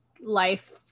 life